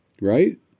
Right